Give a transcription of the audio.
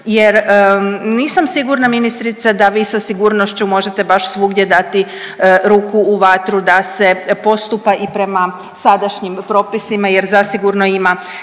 jer nisam sigurna ministrice da vi sa sigurnošću možete baš svugdje dati ruku u vatru da se postupa i prema sadašnjim propisima jer zasigurno ima